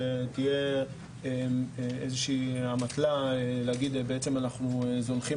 שתהיה איזושהי אמתלה להגיד: אנחנו זונחים